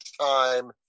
time